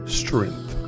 strength